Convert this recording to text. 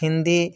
Hindi